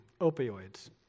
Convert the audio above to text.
opioids